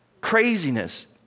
Craziness